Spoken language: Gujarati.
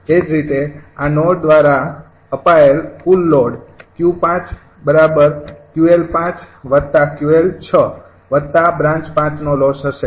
એ જ રીતે આ નોડ દ્વારા અપાયેલ કુલ લોડ 𝑄૫𝑄𝐿૫𝑄𝐿 ૬બ્રાન્ચ ૫ નો લોસ હશે